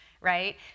right